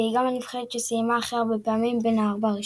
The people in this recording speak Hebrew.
והיא גם הנבחרת שסיימה הכי הרבה פעמים בין ארבע הראשונות.